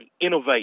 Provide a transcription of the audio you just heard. innovate